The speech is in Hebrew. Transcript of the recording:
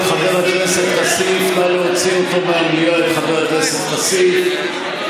(חבר הכנסת מיקי לוי יוצא מאולם המליאה.) הוא אשם,